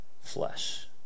flesh